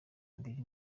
mbiri